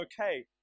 okay